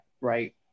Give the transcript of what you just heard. right